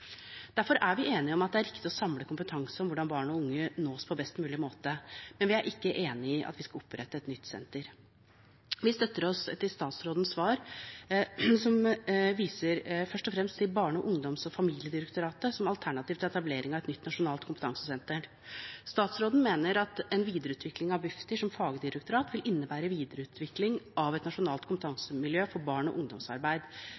Derfor er vi enige om at det er riktig å samle kompetanse om hvordan barn og unge nås på best mulig måte, men vi er ikke enig i at vi skal opprette et nytt senter. Vi støtter oss til statsrådens svar, som først og fremst viser til Barne-, ungdoms- og familiedirektoratet som alternativ til etablering av et nytt nasjonalt kompetansesenter. Statsråden mener at en videreutvikling av Bufdir som fagdirektorat vil innebære videreutvikling av et nasjonalt